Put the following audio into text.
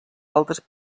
altes